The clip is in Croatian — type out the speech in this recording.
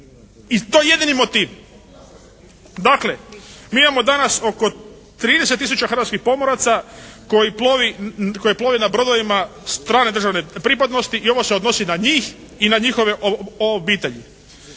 I to je jedini motiv. Dakle, mi imamo danas oko 30 tisuća hrvatskih pomoraca koji plove na brodovima strane državne pripadnosti i ovo se odnosi na njih i na njihove obitelji.